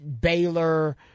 baylor